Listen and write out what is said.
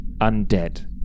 undead